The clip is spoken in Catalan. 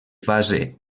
fase